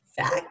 fact